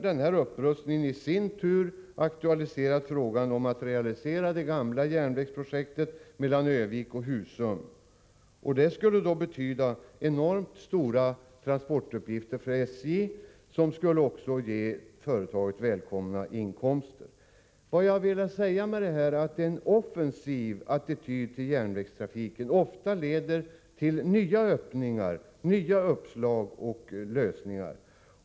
Denna upprustning har nu i sin tur aktualiserat frågan om att realisera det gamla järnvägsprojektet Örnsköldsvik-Husum. Det skulle betyda enormt stora transportuppgifter för SJ och ge företaget välkomna inkomster. Vad jag velat peka på är att en positiv attityd till offensiva satsningar på järnvägstrafiken ofta leder till nya öppningar, nya uppslag och lösningar.